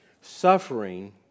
Suffering